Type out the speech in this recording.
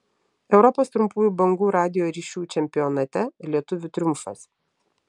europos trumpųjų bangų radijo ryšių čempionate lietuvių triumfas